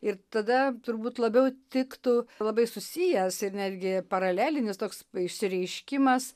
ir tada turbūt labiau tiktų labai susijęs ir netgi paralelinis toks išsireiškimas